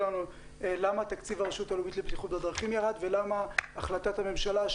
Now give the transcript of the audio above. לנו למה תקציב הרשות הלאומית לבטיחות בדרכים ירד ולמה החלטת הממשלה,